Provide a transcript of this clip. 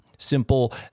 simple